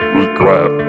regret